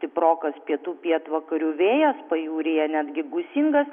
stiprokas pietų pietvakarių vėjas pajūryje netgi gūsingas